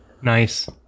nice